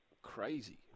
Crazy